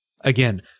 again